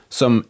som